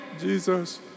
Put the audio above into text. Jesus